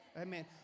Amen